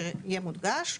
שיהיה מודגש.